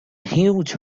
huge